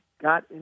got